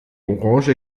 orange